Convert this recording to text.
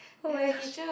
oh-my-gosh